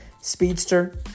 Speedster